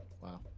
Wow